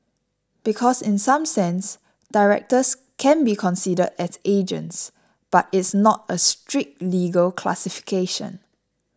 because in some sense directors can be considered as agents but it's not a strict legal classification